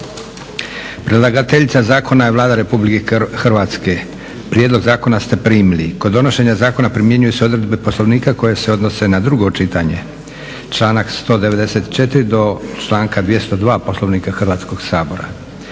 Predlagateljica zakona je Vlada Republike Hrvatske. Prijedlog zakona ste primili. Kod donošenja zakona primjenjuju se odredbe Poslovnika koje se odnose na drugo čitanje. Članak 194. do članka 202. Poslovnika Hrvatskoga sabora.